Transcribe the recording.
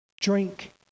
drink